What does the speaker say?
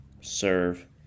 serve